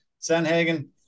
Sanhagen